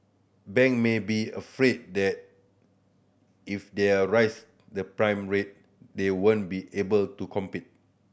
bank may be afraid that if they are raise the prime rate they won't be able to compete